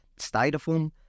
styrofoam